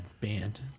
band